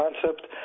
concept